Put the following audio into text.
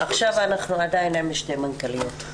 עכשיו אנחנו עדיין עם שתי מנכ"ליות.